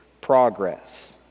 progress